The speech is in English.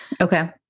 Okay